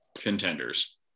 contenders